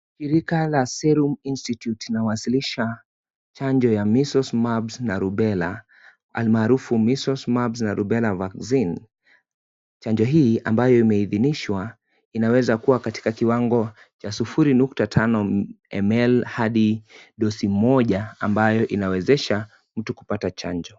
Shirika la serum institute linawashilisha chanjo ya measles mumps na rubella almaarufu measles mumps na rubella vaccine chanjo hii ambayo imeidhinishwa inaweza kuwa katika kiwango cha sufuri nukta tano ml hadi dose 1 ambayo inawezesha mtu kupata chanjo.